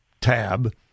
tab